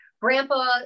Grandpa